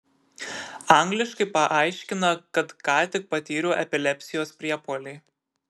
angliškai paaiškina kad ką tik patyriau epilepsijos priepuolį